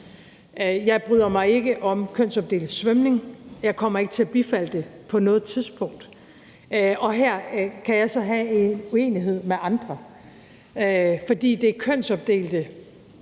Jeg bryder mig ikke om kønsopdelt svømning. Jeg kommer ikke til at bifalde det på noget tidspunkt, og her kan jeg så have en uenighed med andre. For f.eks. den kønsopdelte